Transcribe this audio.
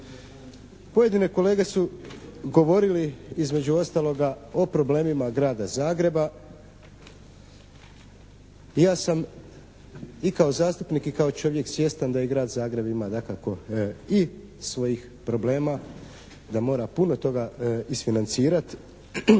Pojedine kolege su govorili između ostaloga o problemima Grada Zagreba i ja sam i kao zastupnik i kao čovjek svjestan da i Grad Zagreb ima dakako i svojih problema, da mora puno toga isfinancirati.